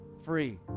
free